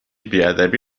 بیادبی